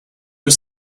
was